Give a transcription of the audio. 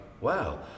wow